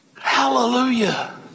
Hallelujah